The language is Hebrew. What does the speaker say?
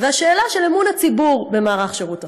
ולשאלה של אמון הציבור במערך שירות החוץ.